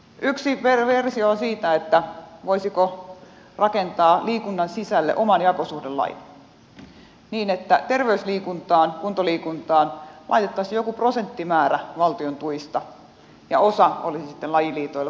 yksi versio siitä on se voisiko rakentaa liikunnan sisälle oman jakosuhdelain niin että terveysliikuntaan kuntoliikuntaan laitettaisiin joku prosenttimäärä valtion tuista ja osa olisi sitten lajiliitoille huippu urheilun puolelle